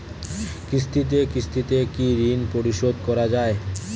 কিস্তিতে কিস্তিতে কি ঋণ পরিশোধ করা য়ায়?